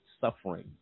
suffering